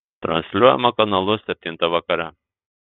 transliuojama kanalu septintą vakare